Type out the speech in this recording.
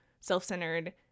self-centered